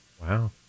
Wow